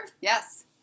Yes